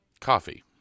coffee